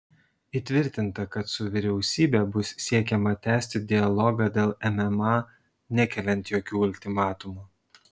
įtvirtinta kad su vyriausybe bus siekiama tęsti dialogą dėl mma nekeliant jokių ultimatumų